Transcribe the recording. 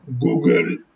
google